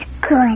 good